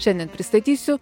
šiandien pristatysiu